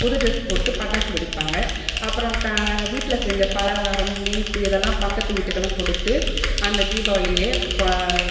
புது ட்ரெஸ் போட்டு பட்டாசு வெடிப்பாங்க அப்புறம் வீட்டில் செஞ்ச பலகாரம் இனிப்பு இதெல்லாம் பக்கத்து வீட்டுக்கெல்லாம் கொடுத்து அந்த தீபாவளியை